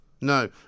No